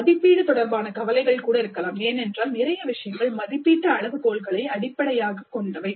மதிப்பீடு தொடர்பான கவலைகள் கூட இருக்கலாம் ஏனென்றால் நிறைய விஷயங்கள் மதிப்பீட்டு அளவுகோல்களை அடிப்படையாகக் கொண்டவை